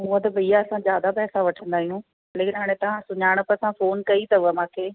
उहो त भैया असां ज्यादा पैसा वठंदा आहियूं लेकिनि हाणे तव्हां सुञाणप सां फ़ोन कई अथव मांखे